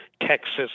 Texas